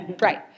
right